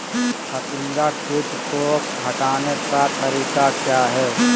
फतिंगा किट को हटाने का तरीका क्या है?